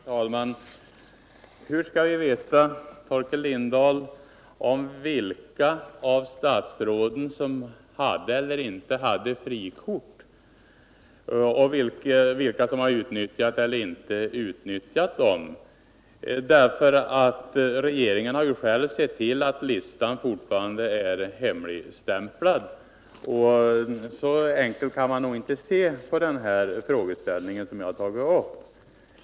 Herr talman! Hur skall vi veta, Torkel Lindahl, vilka av statsråden som hade eller inte hade frikort och vilka som har utnyttjat dem eller inte? Regeringen har ju själv sett till att listan är hemligstämplad. Så enkelt som herr Lindahl gör kan man inte se på den frågeställning som jag har tagit upp.